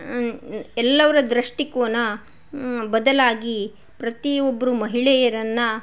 ಎಲ್ಲರ ದೃಷ್ಟಿಕೋನ ಬದಲಾಗಿ ಪ್ರತಿ ಒಬ್ಬರು ಮಹಿಳೆಯರನ್ನು